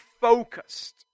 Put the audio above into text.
focused